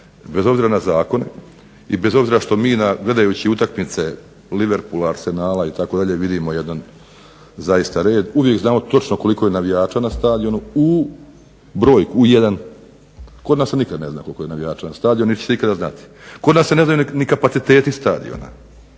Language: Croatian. bez obzira na zakone i bez obzira što mi gledajući utakmice Liverpoola, Arsenala itd. vidimo jedan zaista red, uvijek vidimo koliko je navijača na stadionu u broj, u jedan. Kod nas se nikada ne zna koliko je navijača na stadionu niti će se ikada znati, kod nas se ne znaju ni kapaciteti stadiona.